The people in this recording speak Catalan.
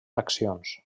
accions